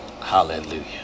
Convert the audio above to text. Hallelujah